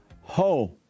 Ho